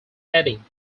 heading